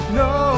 no